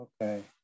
Okay